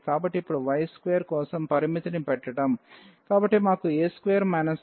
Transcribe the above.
కాబట్టి ఇప్పుడు y2 కోసం పరిమితిని పెట్టడం కాబట్టి మాకు a2 a2 2 ఉంది